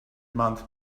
month